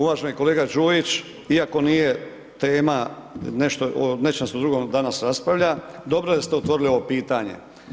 Uvaženi kolega Đujić, iako nije tema, nešto, o nečem se drugo danas raspravlja, dobro je da ste otvorili ovo pitanje.